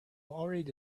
already